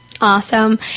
Awesome